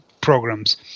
programs